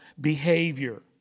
behavior